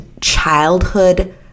childhood